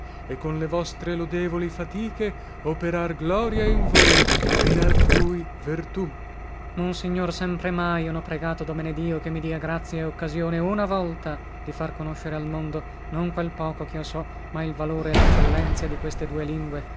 e con le vostre lodevoli fatiche operar gloria in voi e in altrui vertù laz monsignor sempremai io nho pregato domenedio che mi dia grazia e occasione una volta di far conoscere al mondo non quel poco chio so ma il valore e leccellenzia di queste due lingue